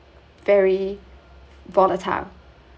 very volatile